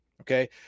okay